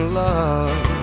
love